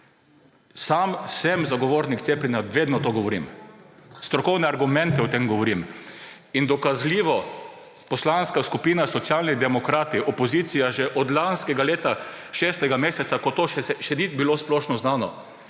Sam sem zagovornik cepljenja, vedno to govorim. Strokovni argumenti, o tem govorim. In dokazljivo, Poslanska skupina Socialni demokrati, opozicija že od šestega meseca lanskega leta, ko to še ni bilo splošno znano,